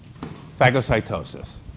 phagocytosis